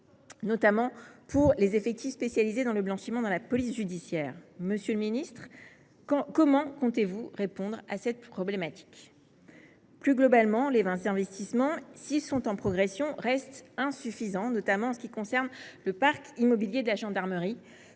notamment pour les effectifs de la police judiciaire spécialisés dans le blanchiment. Monsieur le ministre, comment comptez vous répondre à cette problématique ? Plus globalement, les investissements, s’ils sont en progression, restent insuffisants, notamment en ce qui concerne le parc immobilier de la gendarmerie,